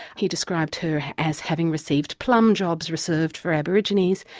he described her as having received plumb jobs reserved for aborigines,